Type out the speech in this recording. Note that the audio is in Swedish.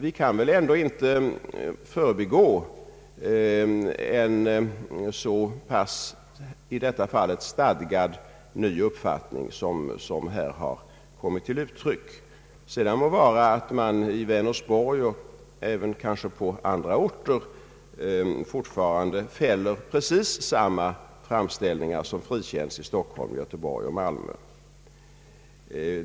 Vi kan väl ändå inte förbigå en i detta fall så pass stadgad ny uppfattning som här har kommit till uttryck. Sedan må vara att man i Vänersborg och kanske även på andra orter fortfarande fäller precis samma framställningar som frikänns i Stockholm, Göteborg och Malmö.